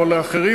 או לאחרים,